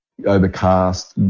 overcast